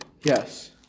Yes